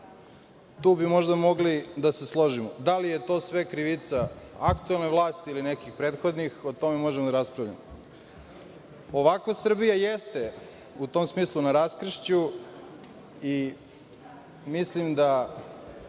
tu bi možda mogli da se složimo, da li je to sve krivica aktuelne vlasti ili nekih prethodnih, o tome možemo da raspravljamo. Ovakva Srbija jeste u tom smislu na raskršću i mislim da